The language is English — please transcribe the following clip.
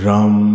Ram